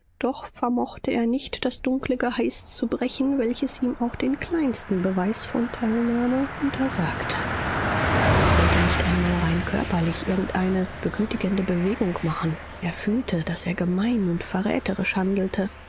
doch vermochte er nicht das dunkle geheiß zu brechen welches ihm auch den kleinsten beweis von teilnahme untersagte er konnte nicht einmal rein körperlich irgendeine begütigende bewegung machen er fühlte daß er gemein und verräterisch handelte